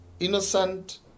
Innocent